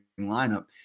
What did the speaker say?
lineup